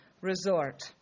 resort